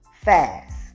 fast